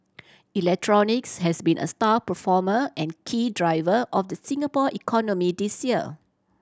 electronics has been a star performer and key driver of the Singapore economy this year